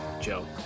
joe